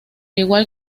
igual